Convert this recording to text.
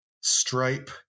Stripe